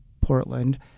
Portland